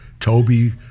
Toby